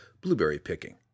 blueberry-picking